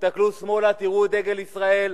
תסתכלו שמאלה, תראו את דגל ישראל,